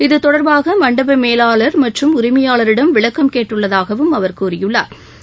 இது தொடர்பாக மண்டல மேலாளர் மற்றும் உரிமையாளரிடம் விளக்கம் கேட்டுள்ளதாகவும் அவர் கூறியுள்ளா்